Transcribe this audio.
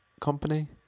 company